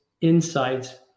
insights